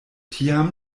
tiam